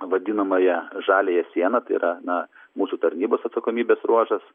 vadinamąją žaliąją sieną tai yra na mūsų tarnybos atsakomybės ruožas